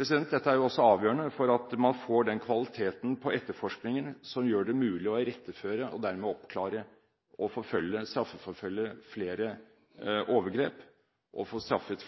Dette er jo også avgjørende for å få den kvaliteten på etterforskningen som gjør det mulig å iretteføre og dermed oppklare og straffeforfølge flere overgrep og få straffet